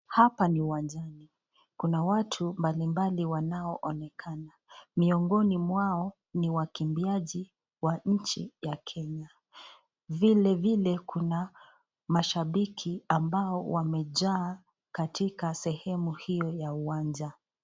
Hapa ni uwanjani. Kuna watu mbalimbali wanaoonekana. Miongoni mwao ni wakimbiaji wa nchi ya Kenya. Vilevile kuna mashabiki ambao wamejaa katika sehemu hiyo ya uwanja.